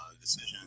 decision